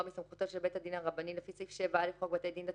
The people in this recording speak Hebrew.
מסמכותו של בית הדין הרבני לפי סעיף 7א לחוק בתי דין דתיים.".